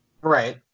Right